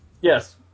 Yes